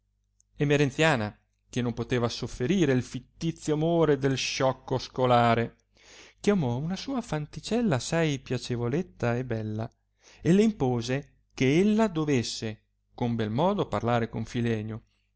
emerenziana che non poteva sofferire il fittizio amore del sciocco scolare chiamò una sua fanticella assai piacevoletta e bella e le impose che ella dovesse con bel modo parlare con filenio